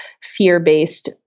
fear-based